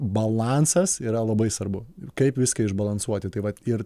balansas yra labai svarbu kaip viską išbalansuoti tai vat ir